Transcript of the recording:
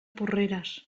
porreres